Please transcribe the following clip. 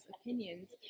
opinions